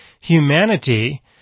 humanity